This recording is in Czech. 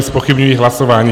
Zpochybňuji hlasování.